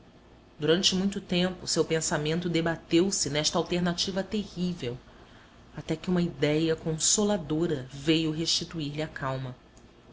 durante muito tempo o seu pensamento debateu se nesta alternativa terrível até que uma idéia consoladora veio restituir lhe a calma